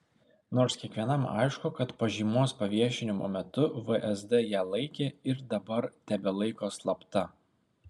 nors kiekvienam aišku kad pažymos paviešinimo metu vsd ją laikė ir dabar tebelaiko slapta